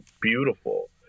beautiful